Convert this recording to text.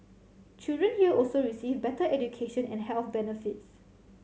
children here also receive better education and health benefits